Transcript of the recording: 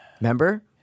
remember